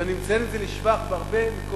ואני מציין את זה לשבח בהרבה מקומות,